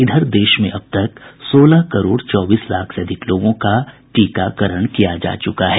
इधर देश में अब तक सोलह करोड़ चौबीस लाख से अधिक लोगों का टीकाकरण किया जा चुका है